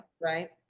right